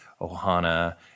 Ohana